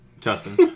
Justin